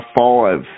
five